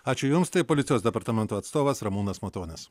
ačiū jums tai policijos departamento atstovas ramūnas matonis